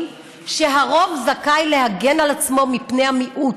שהרוב זכאי להגן על עצמו מפני המיעוט,